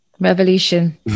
Revolution